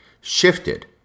shifted